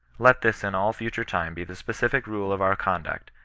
let this in all future time be the specific rule of our conduct,